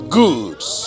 goods